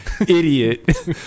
idiot